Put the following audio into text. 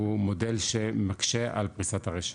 הוא מודל שמקשה על פריסת הרשת.